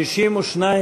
סעיף 38,